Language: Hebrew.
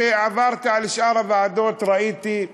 כשעברתי על שאר הוועדות ראיתי,